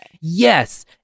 Yes